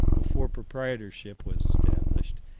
before proprietorship was established,